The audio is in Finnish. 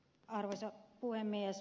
arvoisa puhemies